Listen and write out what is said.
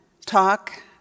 talk